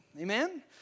Amen